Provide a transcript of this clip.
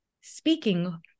speaking